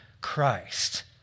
Christ